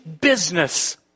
business